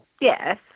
Yes